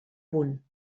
punt